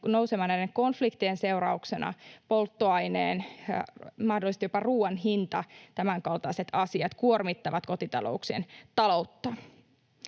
nousemaan; näiden konfliktien seurauksena polttoaineen ja mahdollisesti jopa ruoan hinta, tämänkaltaiset asiat, kuormittavat kotitalouksien taloutta.